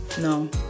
no